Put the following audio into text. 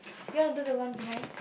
you want to do the one behind